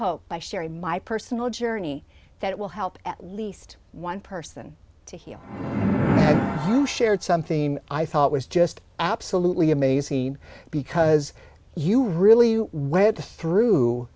hope by sharing my personal journey that it will help at least one person to hear you shared something i thought was just absolutely amazing because you really went through